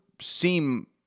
seem